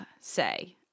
say